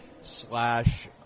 slash